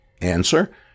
Answer